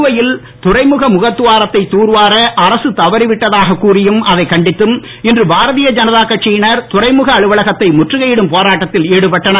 புதுவையில் துறைமுக முகத்துவாரத்தை தூர்வார அரசு தவறிவிட்டதாகக் கூறியும் அதைக் கண்டித்தும் இன்று பாரதிய ஜனதா கட்சியினர் துறைமுக அலுவலகத்தை முற்றுகையிடும் போராட்டத்தில் ஈடுபட்டனர்